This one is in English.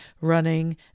running